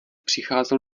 přicházel